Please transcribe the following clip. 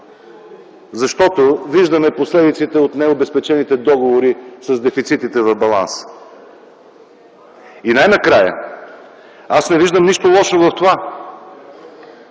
защото виждаме лошите последици от необезпечените договори с дефицитите в баланса? И най-накрая, аз не виждам нищо лошо в това